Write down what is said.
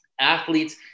athletes